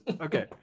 Okay